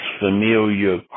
familiar